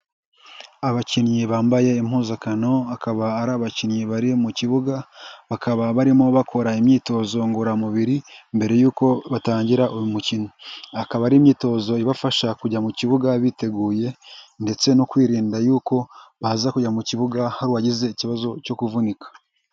Abakinnyi bambaye impuzankano akaba ari abakinnyi bari mu kibuga, bakaba barimo bakora imyitozo ngororamubiri mbere y'uko batangira uyu mukino. Akaba ari imyitozo ibafasha kujya mu kibuga biteguye, ndetse no kwirinda yuko baza kujya mu kibuga hari uwagize ikibazo cyo kuvunika.